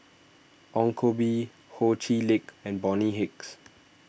Ong Koh Bee Ho Chee Lick and Bonny Hicks